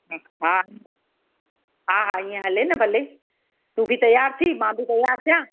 हा हा हा इअं हले न भले तू बि तैयार थी मां बि तैयार थियां